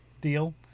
deal